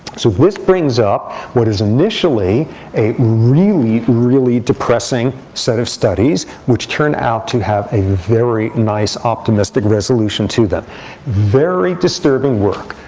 so this brings up what is initially a really, really depressing set of studies, which turn out to have a very nice optimistic resolution to them very disturbing work.